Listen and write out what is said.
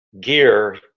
gear